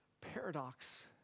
paradox